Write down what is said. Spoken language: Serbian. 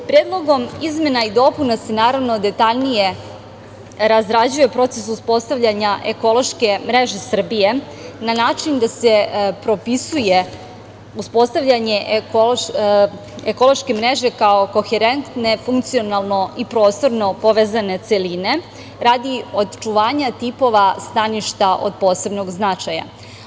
Predlogom izmena i dopuna se detaljnije razrađuje proces uspostavljanja ekološke mreže Srbije na način da se propisuje uspostavljanje ekološke mreže kao koherentne funkcionalno i prostorno povezane celine radi očuvanja tipova staništa od posebnog značaja.